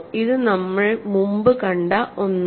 ഇത് നമ്മൾ മുമ്പ് കണ്ട ഒന്നാണ്